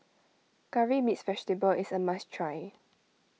Curry Mixed Vegetable is a must try